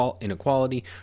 inequality